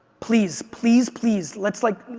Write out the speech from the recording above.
please, please, please let's like,